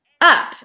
up